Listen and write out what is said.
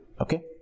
Okay